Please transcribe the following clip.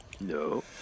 No